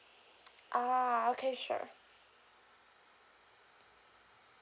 ah okay sure